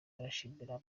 arashimira